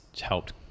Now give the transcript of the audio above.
helped